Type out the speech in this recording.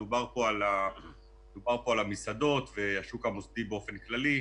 דובר פה על המסעדות והשוק המוסדי באופן כללי,